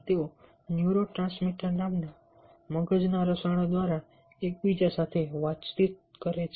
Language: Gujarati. તેઓ ન્યુરોટ્રાન્સમીટર નામના મગજના રસાયણો દ્વારા એકબીજા સાથે વાતચીત કરે છે